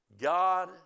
God